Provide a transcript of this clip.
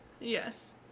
Yes